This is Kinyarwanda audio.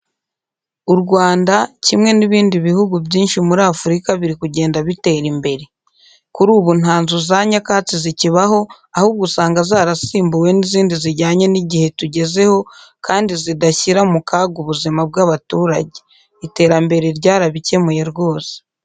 U Rwanda kimwe n'ibindi bihungu byinshi muri Afurika biri kugenda bitera imbere. Kuri ubu nta nzu za nyakatsi zikibaho, ahubwo usanga zarasimbuwe n'izindi zijyanye n'igihe tugezeho kandi zidashyira mu kaga ubuzima bw'abaturage. Iterambere ryarabikemuye rwose.